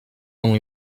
only